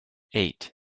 eight